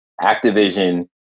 Activision